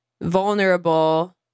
vulnerable